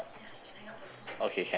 okay can hang up bye